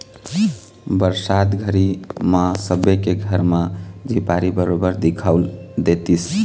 बरसात घरी म सबे के घर म झिपारी बरोबर दिखउल देतिस